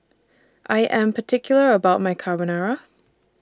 I Am particular about My Carbonara